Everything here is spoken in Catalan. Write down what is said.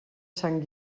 sant